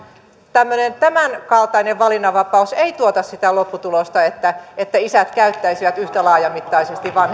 tämmöinen tämänkaltainen valinnanvapaus ei tuota sitä lopputulosta että isät käyttäisivät yhtä laajamittaisesti